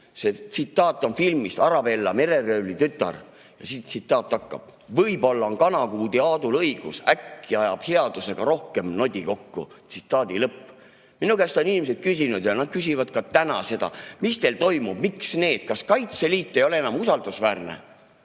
See tsitaat on filmist "Arabella, mereröövli tütar". Tsitaat on selline: "Võib-olla on Kanakuudi Aadul õigus, äkki ajab headusega rohkem nodi kokku." Minu käest on inimesed küsinud ja küsivad ka täna seda: "Mis teil toimub? Kas Kaitseliit ei ole enam usaldusväärne?"